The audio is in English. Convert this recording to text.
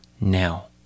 now